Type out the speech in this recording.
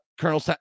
Colonel